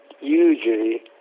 usually